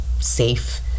safe